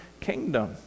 kingdom